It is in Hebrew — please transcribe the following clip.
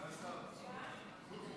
בבקשה אדוני סגן שר האוצר.